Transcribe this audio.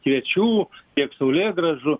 kviečių tiek saulėgrąžų